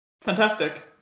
fantastic